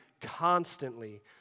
constantly